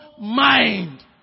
mind